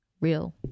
real